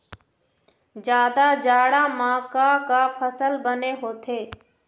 जादा जाड़ा म का का फसल बने होथे?